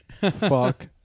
Fuck